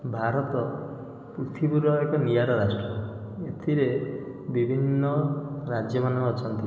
ଭାରତ ପୃଥିବୀର ଏକ ନିଆରା ରାଷ୍ଟ୍ର ଏଥିରେ ବିଭିନ୍ନ ରାଜ୍ୟମାନ ଅଛନ୍ତି